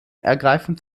ergreifen